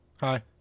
Hi